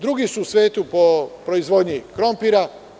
Drugi su u svetu po proizvodnji krompira.